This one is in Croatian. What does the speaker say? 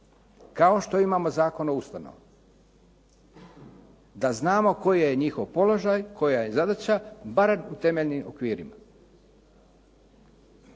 kao što imamo Zakon o ustanovama, da znamo koji je njihov položaj, koja je zadaća, barem u temeljnim okvirima.